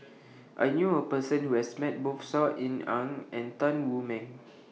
I knew A Person Who has Met Both Saw Ean Ang and Tan Wu Meng